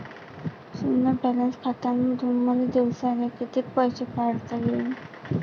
शुन्य बॅलन्स खात्यामंधून मले दिवसाले कितीक पैसे काढता येईन?